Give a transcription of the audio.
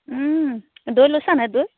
দৈ লৈছা নাই দৈ